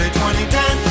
2010